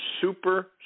super